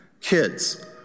kids